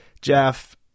Jeff